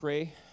pray